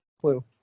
clue